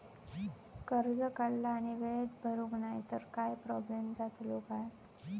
कर्ज काढला आणि वेळेत भरुक नाय तर काय प्रोब्लेम जातलो काय?